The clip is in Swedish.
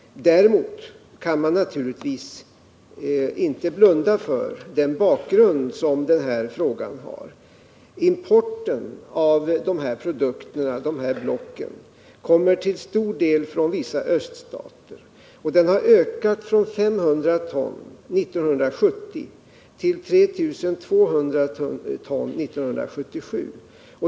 Däremot kan man naturligtvis inte blunda för frågans bakgrund. Importen av de här blocken kommer till stor del från vissa öststater, och den har ökat från 500 ton 1970 till 3 200 ton 1977.